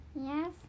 Yes